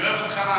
אני אוהב אותך,